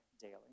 daily